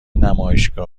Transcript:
نمایشگاه